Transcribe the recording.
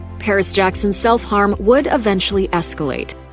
paris jackson's self-harm would eventually escalate.